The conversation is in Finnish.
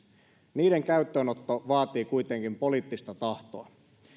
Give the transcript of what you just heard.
niiden käyttöönotto vaatii kuitenkin poliittista tahtoa